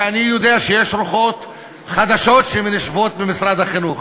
ואני יודע שיש רוחות חדשות המנשבות במשרד החינוך.